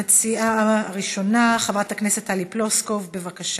המציעה הראשונה, חברת הכנסת טלי פלוסקוב, בבקשה.